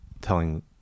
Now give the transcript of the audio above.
telling